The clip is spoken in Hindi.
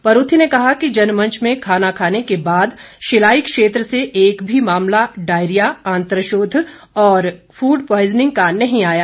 परूथी न कहा कि जनमंच में खाना खाने के बाद शिलाई क्षेत्र से एक भी मामला डायरिया आंत्रशोध और फूड प्यॉजनिंग का नहीं आया